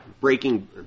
Breaking